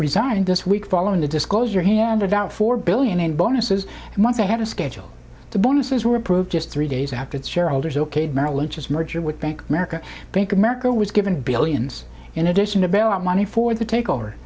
resigned this week following the disclosure handed out four billion in bonuses and months ahead of schedule the bonuses were approved just three days after its shareholders okayed merrill lynch's merger with bank of america bank of america was given billions in addition to bailout money for the takeover